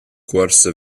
cuorsa